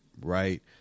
right